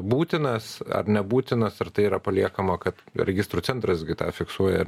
būtinas ar nebūtinas ar tai yra paliekama kad registrų centras gi tą fiksuoja